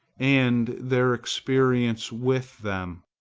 and their experience with them.